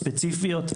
ספציפית,